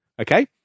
Okay